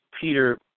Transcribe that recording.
Peter